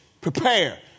prepare